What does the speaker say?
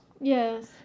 Yes